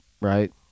right